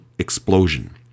explosion